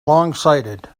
longsighted